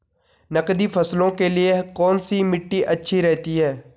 नकदी फसलों के लिए कौन सी मिट्टी अच्छी रहती है?